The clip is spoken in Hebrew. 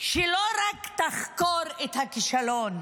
שלא רק תחקור את הכישלון,